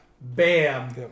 bam